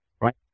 right